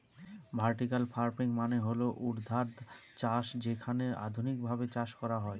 vertical farming মানে হল ঊর্ধ্বাধ চাষ যেখানে আধুনিকভাবে চাষ করা হয়